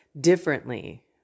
differently